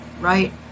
Right